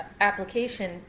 application